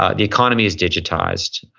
ah the economy is digitized,